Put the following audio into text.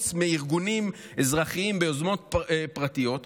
חוץ מארגונים אזרחיים ביוזמות פרטיות,